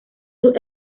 sus